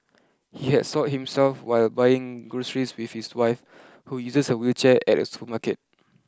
he had soiled himself while buying groceries with his wife who uses a wheelchair at a supermarket